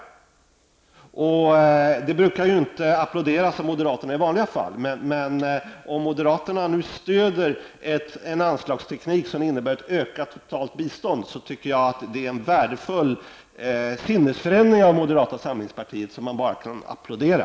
Detta brukar ju i vanliga fall inte applåderas av moderaterna. Men om moderaterna nu stöder en anslagsteknik som innebär ett totalt ökat bistånd, tycker jag att det är en värdefull sinnesförändring av moderata samlingspartiet som man bara kan applådera.